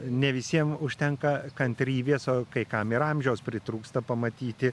ne visiem užtenka kantrybės o kai kam ir amžiaus pritrūksta pamatyti